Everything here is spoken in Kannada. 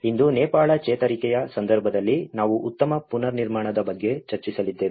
ಇಂದು ನೇಪಾಳ ಚೇತರಿಕೆಯ ಸಂದರ್ಭದಲ್ಲಿ ನಾವು ಉತ್ತಮ ಪುನರ್ನಿರ್ಮಾಣದ ಬಗ್ಗೆ ಚರ್ಚಿಸಲಿದ್ದೇವೆ